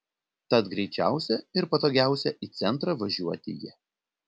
tad greičiausia ir patogiausia į centrą važiuoti ja